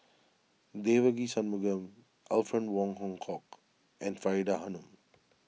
Devagi Sanmugam Alfred Wong Hong Kwok and Faridah Hanum